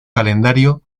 calendario